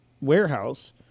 warehouse